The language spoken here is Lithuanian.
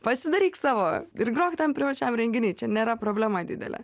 pasidaryk savo ir grok tam privačiam renginiui čia nėra problema didelė